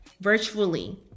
virtually